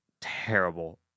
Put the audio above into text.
terrible